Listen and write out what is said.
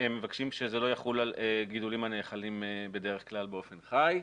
הם מבקשים שזה לא יחול על גידולים הנאכלים בדרך כלל באופן חי.